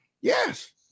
Yes